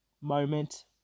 moment